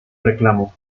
reclamo